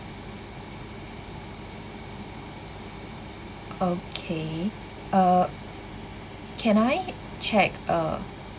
okay uh can I check uh